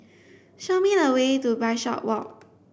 show me the way to Bishopswalk